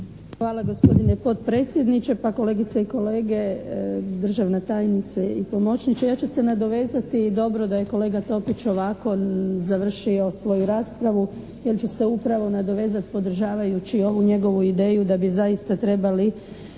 Hvala gospodine potpredsjedniče. Pa kolegice i kolege, državna tajnice i pomočniće. Ja ću se nadovezati, dobro da je kolega Topić ovako završio svoju raspravu jer ću se upravo nadovezati podržavajući ovu njegovu ideju da bi zaista trebali